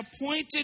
appointed